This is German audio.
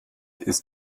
ist